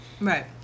Right